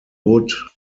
wood